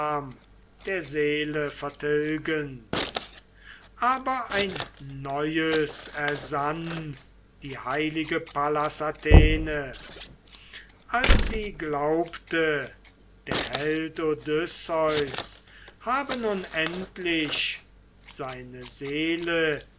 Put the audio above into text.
der seele vertilgend aber ein neues ersann die heilige pallas athene als sie glaubte der held odysseus habe nun endlich seine seele